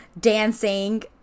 dancing